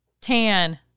tan